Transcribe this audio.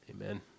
Amen